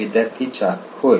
विद्यार्थी 4 होय